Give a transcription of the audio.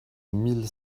mille